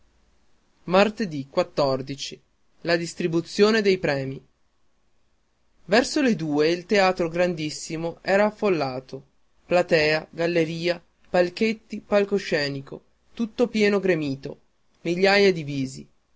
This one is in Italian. la distribuzione dei premi ma erso le due il teatro grandissimo era affollato platea galleria palchetti palcoscenico tutto pieno gremito migliaia di visi